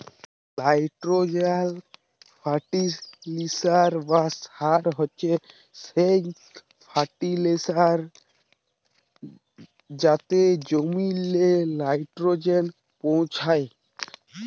লাইটোরোজেল ফার্টিলিসার বা সার হছে সেই ফার্টিলিসার যাতে জমিললে লাইটোরোজেল পৌঁছায়